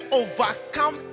overcome